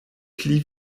pli